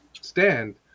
stand